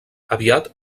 aviat